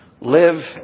live